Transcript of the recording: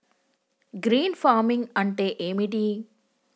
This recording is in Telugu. గ్రీన్ ఫార్మింగ్ అంటే ఏమిటి?